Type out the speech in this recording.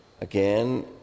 again